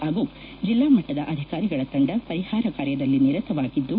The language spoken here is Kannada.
ಹಾಗೂ ಜಿಲ್ಲಾ ಮಟ್ಟದ ಅಧಿಕಾರಿಗಳ ತಂಡ ಪರಿಹಾರ ಕಾರ್ಯದಲ್ಲಿ ನಿರತವಾಗಿದ್ದು